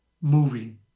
movie